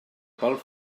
pel